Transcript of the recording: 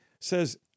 says